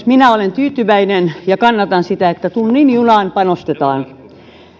minä olen tyytyväinen ja kannatan sitä että tunnin junaan panostetaan